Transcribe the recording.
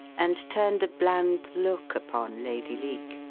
and turned a bland look upon lady leake.